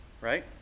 Right